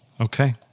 Okay